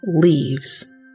leaves